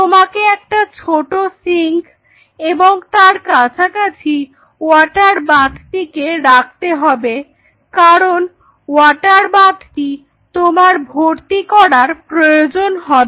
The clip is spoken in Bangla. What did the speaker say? তোমাকে একটা ছোট সিঙ্ক এবং তার কাছাকাছি ওয়াটার বাথটিকে রাখতে হবে কারণ ওয়াটার বাথটি তোমার ভর্তি করার প্রয়োজন হবে